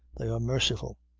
they are merciful.